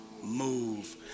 move